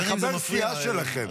זה חבר סיעה שלכם.